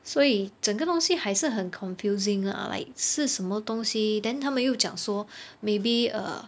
所以整个东西还是很 confusing lah like 是什么东西 then 他们又讲说 maybe err